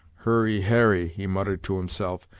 hurry harry, he muttered to himself,